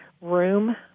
room